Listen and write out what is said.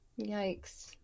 Yikes